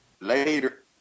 Later